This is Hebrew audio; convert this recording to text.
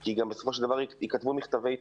כי בסופו של דבר גם ייכתבו מכתבי תמיכה.